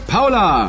Paula